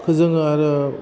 खो जोङो आरो